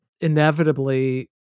inevitably